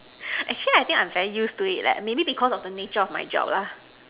actually I think I'm very used to it like maybe because of the nature of my job lah